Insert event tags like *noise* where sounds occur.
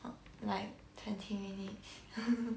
like twenty minutes *laughs*